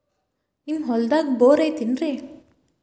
ನಿಮ್ಮ ಹೊಲ್ದಾಗ ಬೋರ್ ಐತೇನ್ರಿ?